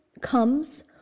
comes